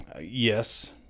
Yes